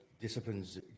disciplines